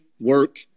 work